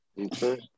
Okay